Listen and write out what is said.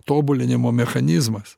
tobulinimo mechanizmas